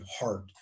heart